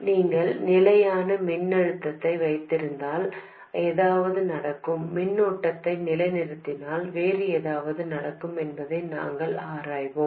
நீங்கள் நிலையான மின்னழுத்தத்தை வைத்திருந்தால் ஏதாவது நடக்கும் மின்னோட்டத்தை நிலைநிறுத்தினால் வேறு ஏதாவது நடக்கும் என்பதை நாங்கள் ஆராய்வோம்